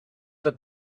that